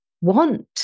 want